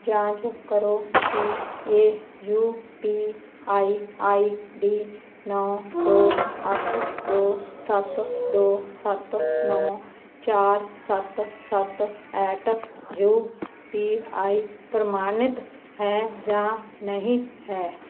ਜਾਂਚ ਕਰੋ ਕਿ ਇਹ ਯੂਪੀਆਈ ਆਈਡੀ ਨੌਂ ਦੋ ਅੱਠ ਦੋ ਸੱਤ ਦੋ ਸੱਤ ਨੌਂ ਚਾਰ ਸੱਤ ਸੱਤ ਐਟ ਯੂਪੀਆਈ ਪ੍ਰਮਾਣਿਤ ਹੈ ਜਾਂ ਨਹੀਂ ਹੈ